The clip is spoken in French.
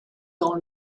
dans